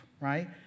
right